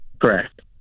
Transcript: Correct